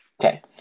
Okay